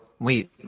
wait